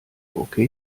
woche